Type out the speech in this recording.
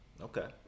Okay